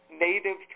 Native